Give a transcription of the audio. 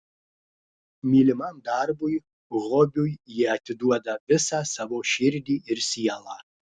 mylimam darbui hobiui jie atiduoda visą savo širdį ir sielą